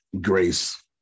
Grace